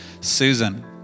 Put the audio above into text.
Susan